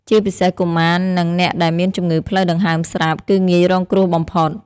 ជាពិសេសកុមារ និងអ្នកដែលមានជំងឺផ្លូវដង្ហើមស្រាប់ គឺងាយរងគ្រោះបំផុត។